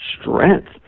strength